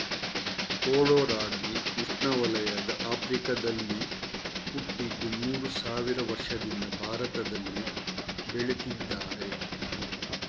ಕೊಡೋ ರಾಗಿ ಉಷ್ಣವಲಯದ ಆಫ್ರಿಕಾದಲ್ಲಿ ಹುಟ್ಟಿದ್ದು ಮೂರು ಸಾವಿರ ವರ್ಷದಿಂದ ಭಾರತದಲ್ಲಿ ಬೆಳೀತಿದ್ದಾರೆ